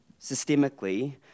systemically